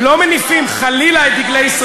היא לא נתנה לי.